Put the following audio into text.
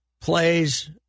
Plays